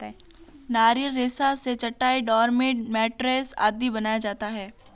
नारियल रेशा से चटाई, डोरमेट, मैटरेस आदि बनाया जाता है